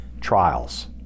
trials